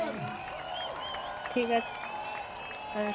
হুম ঠিক আছে আচ্ছা